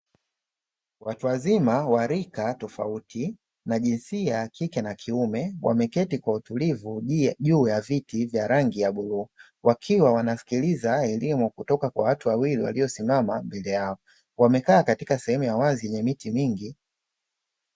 Watu wazima wa rika tofauti na jinsia ya kike na kiume, wameketi kwa utulivu juu ya viti vya rangi ya bluu. Wakiwa wanasikiliza elimu kutoka kwa watu wawili waliosimama mbele yao. Wamekaa katika sehemu ya wazi yenye miti mingi.